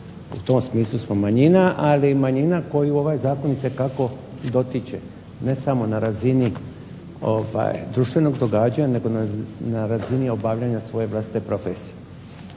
U tom smislu smo manjina ali manjina koju ovaj zakon itekako dotiče, ne samo na razini društvenog događanja nego na razini obavljanja svoje vrste profesije.